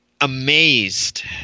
amazed